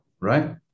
Right